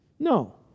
No